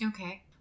Okay